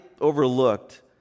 overlooked